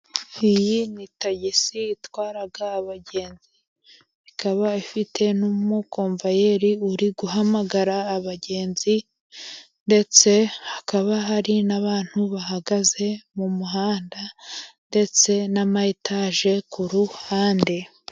Iyi ni tagisi itwara abagenzi ikaba ifite n'umukomvayeri uri guhamagara abagenzi, ndetse hakaba hari n'abantu bahagaze mu muhanda, ndetse n'ama etaje ku ruhande.